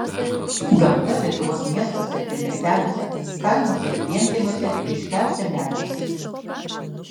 gamta lietuvos miestuose ir miesteliuose kaimuose ir vienkiemiuose ryškiausia medžiais